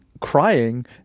crying